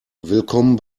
willkommen